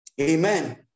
Amen